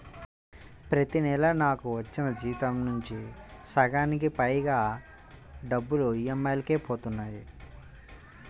ప్రతి నెలా నాకు వచ్చిన జీతం నుంచి సగానికి పైగా డబ్బులు ఈఎంఐలకే పోతన్నాయి